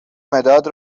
مداد